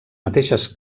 mateixes